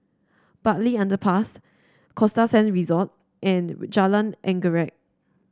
Bartley Underpass Costa Sand Resort and Jalan Anggerek